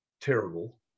terrible